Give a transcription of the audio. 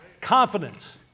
Confidence